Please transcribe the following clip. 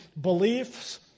beliefs